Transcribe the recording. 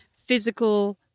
physical